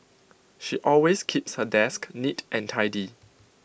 she always keeps her desk neat and tidy